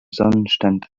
sonnenstand